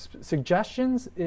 suggestions